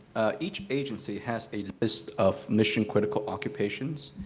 each agency has a list of mission-critical occupations.